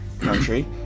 country